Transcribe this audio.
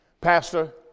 Pastor